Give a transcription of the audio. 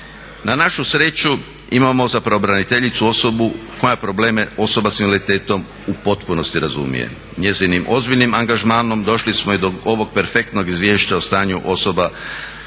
Na našu sreću imamo za pravobraniteljicu osobu koja je probleme osoba sa invaliditetom u potpunosti razumije. Njezinim ozbiljnim angažmanom došli smo i do ovog perfektnog izvješća o stanju osoba